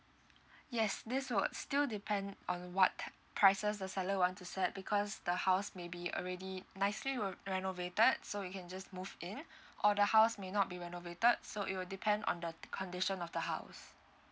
yes this will still depend on what ty~ prices the seller want to sel because the house maybe already nicely re~ renovated so you can just moved in or the house may not be renovated so it will depend on the condition of the house